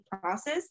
process